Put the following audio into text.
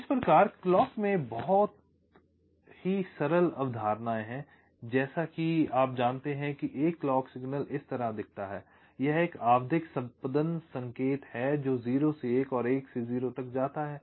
इस प्रकार क्लॉकमें कुछ बहुत ही सरल अवधारणाएँ हैं जैसा कि आप जानते हैं कि एक क्लॉक सिग्नल इस तरह दिखता है यह एक आवधिक स्पंदन संकेत है जो 0 से 1 और 1 से 0 तक जाता है